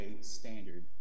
standard